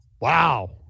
Wow